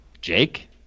Jake